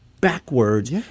backwards